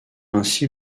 ainsi